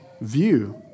view